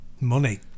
money